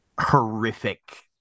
horrific